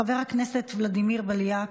חבר הכנסת ולדימיר בליאק,